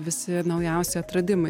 visi naujausi atradimai